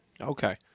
Okay